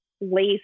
lace